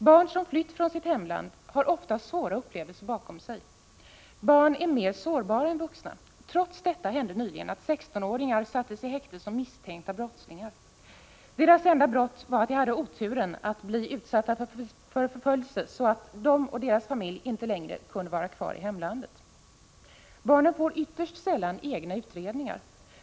Barn som flytt från sitt hemland har ofta svåra upplevelser bakom sig. Barn är mer sårbara än vuxna. Trots detta hände nyligen att 16-åringar sattes i häkte som misstänkta brottslingar. Deras enda brott var att de hade oturen att bli utsatta för förföljelse, så att de och deras familjer inte längre kunde vara kvar i hemlandet. Barnen får ytterst sällan egna utredningar.